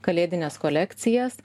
kalėdines kolekcijas